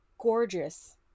gorgeous